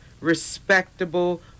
respectable